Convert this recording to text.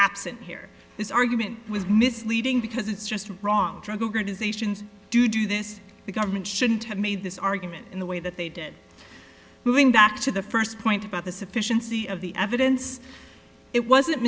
absent here his argument was misleading because it's just wrong drug or decisions to do this the government shouldn't have made this argument in the way that they did moving back to the first point about the sufficiency of the evidence it wasn't